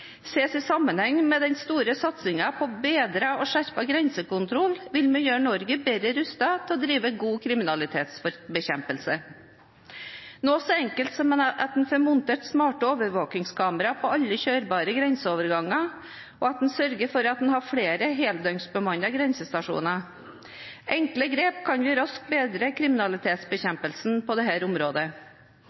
ses i sammenheng med den store satsingen på bedret og skjerpet grensekontroll, vil vi gjøre Norge bedre rustet til å drive god kriminalitetsbekjempelse. Det kan være noe så enkelt som at man får montert smarte overvåkningskameraer på alle kjørbare grenseoverganger, og at man sørger for at man har flere heldøgnsbemannede grensestasjoner. Med enkle grep kan vi raskt bedre kriminalitetsbekjempelsen på dette området.